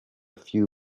few